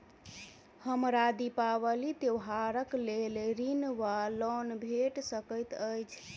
हमरा दिपावली त्योहारक लेल ऋण वा लोन भेट सकैत अछि?